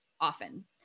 often